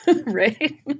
Right